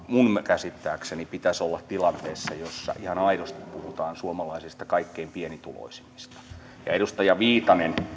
minun käsittääkseni pitäisi olla tilanteessa jossa ihan aidosti puhutaan kaikkein pienituloisimmista suomalaisista ja edustaja viitanen